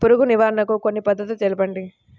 పురుగు నివారణకు కొన్ని పద్ధతులు తెలుపండి?